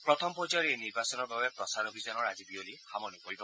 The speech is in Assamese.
প্ৰথম পৰ্যায়ৰ এই নিৰ্বাচনৰ বাবে প্ৰচাৰ অভিযানৰ আজি বিয়লি সামৰণি পৰিব